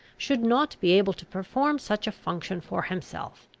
should not be able to perform such a function for himself.